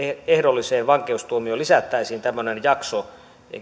ehdolliseen vankeustuomioon lisättäisiin tämmöinen jakso